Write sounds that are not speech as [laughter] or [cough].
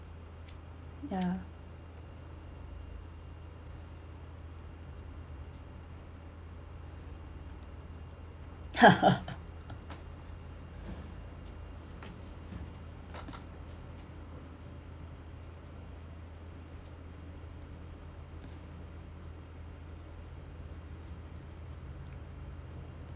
ya [laughs]